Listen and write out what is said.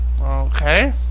Okay